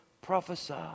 prophesy